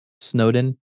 Snowden